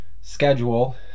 schedule